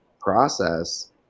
Process